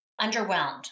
underwhelmed